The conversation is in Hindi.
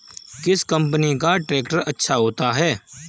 किस कंपनी का ट्रैक्टर अच्छा होता है?